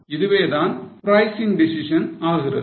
இதுவே தான் pricing decision ஆகிறது